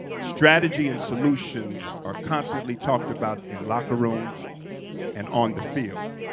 strategy and solutions are constantly talked about in locker rooms and on the field.